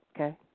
Okay